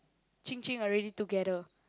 Qing Qing already together